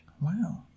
Wow